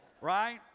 right